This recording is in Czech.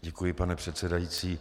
Děkuji, pane předsedající.